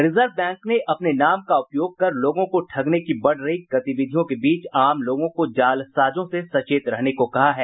reserve bank ने अपने नाम का उपयोग कर लोगों को ठगने की बढ़ रही गतिविधियों के बीच आम लोगों को जालसाजों से सचेत रहने को कहा है